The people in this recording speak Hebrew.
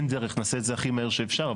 אנחנו נעשה את זה הכי מהיר שאפשר,